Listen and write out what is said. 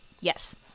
Yes